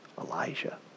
Elijah